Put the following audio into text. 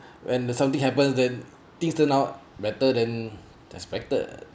when the something happens then things turn out better than expected